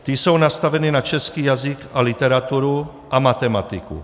Ty jsou nastaveny na český jazyk a literaturu a matematiku.